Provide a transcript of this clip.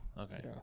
Okay